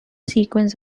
sequence